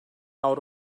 out